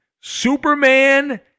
Superman